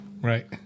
Right